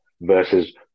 versus